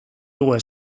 dugu